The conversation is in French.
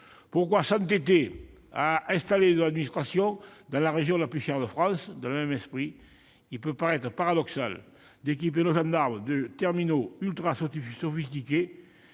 Pourquoi s'entêter à installer nos administrations dans la région la plus chère de France ? Dans le même esprit, il peut paraître paradoxal d'équiper nos gendarmes de terminaux ultrasophistiqués